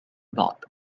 بعد